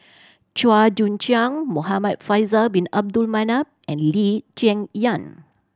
Chua Joon Siang Muhamad Faisal Bin Abdul Manap and Lee Cheng Yan